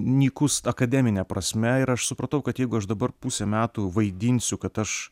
nykus akademine prasme ir aš supratau kad jeigu aš dabar pusę metų vaidinsiu kad aš